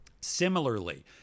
Similarly